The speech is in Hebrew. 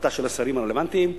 והחלטה של השרים הרלוונטיים,